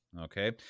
Okay